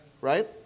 Right